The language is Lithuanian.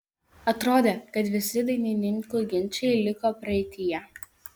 atrodė kad visi dainininkių ginčai liko praeityje